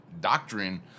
doctrine